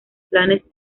planes